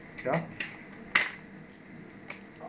ya